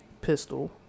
pistol